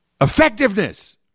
effectiveness